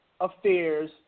affairs